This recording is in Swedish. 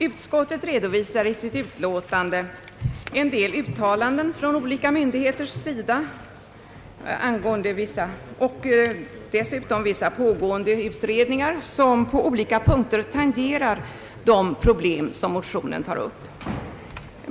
Utskottet redovisar i sitt utlåtande en del uttalanden av olika myndigheter och hänvisar dessutom till pågående utredningar, som på olika punkter tangerar de problem som tas upp i motionen.